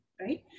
right